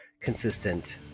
consistent